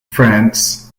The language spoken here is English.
france